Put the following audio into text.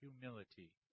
humility